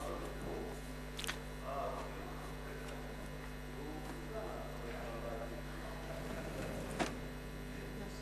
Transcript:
ההצעה להעביר את הצעת חוק האקדמיה הלאומית הישראלית למדעים (תיקון,